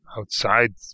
outside